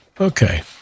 Okay